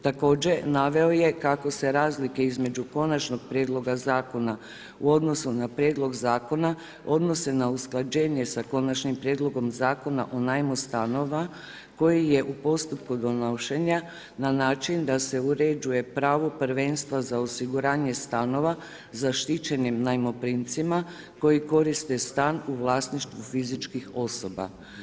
Također, naveo je kako se razlike između konačnog prijedloga zakona u odnosu na prijedlog zakona odnose na usklađenje sa konačnim prijedlogom Zakona o najmu stanova koji je u postupku donošenja na način da se uređuje pravo prvenstva za osiguranje stanova zaštićenim najmoprimcima koji koriste stan u vlasništvu fizičkih osoba.